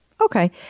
Okay